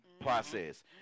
process